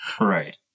Right